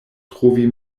trovi